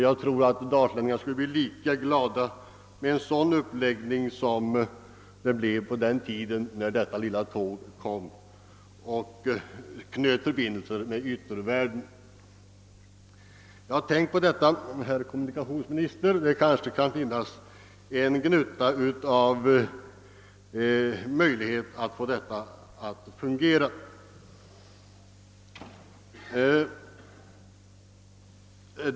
Jag tror att dalslänningarna skulle bli lika glada för en sådan fiygförbindelse som de blev på den tiden då detta lilla tåg sattes i trafik och knöt förbindelser med yttervärlden. Tänk på den saken, herr kommunikationsminister! Det finns kanske en möjlighet att få en sådan ordning att fungera.